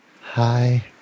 hi